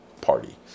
party